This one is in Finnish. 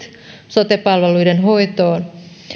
sote palveluiden hoitoon